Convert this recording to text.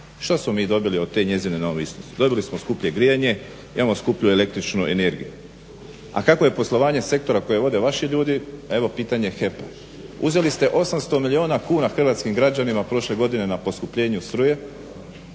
Što smo mi dobili od te njezine nove …/Govornik se ne razumije./… Dobili smo skuplje grijanje, imamo skuplju električnu energiju. A kako je poslovanje sektora koje vodi vaši ljudi, evo pitanje HEP-a. Uzeli ste 800 milijuna kuna hrvatskim građanima prošle godine na poskupljenju struje